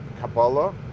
Kabbalah